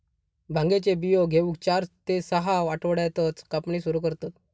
भांगेचे बियो घेऊक चार ते सहा आठवड्यातच कापणी सुरू करतत